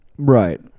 Right